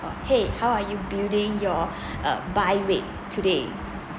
or !hey! how are you building your uh buy rate today